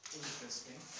interesting